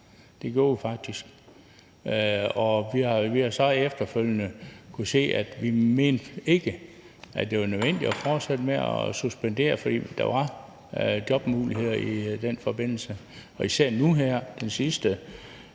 Det gjorde vi faktisk. Og vi har så efterfølgende kunnet se, at vi ikke mente, det var nødvendigt at fortsætte med at suspendere, for der var jobmuligheder i den forbindelse, og især nu her i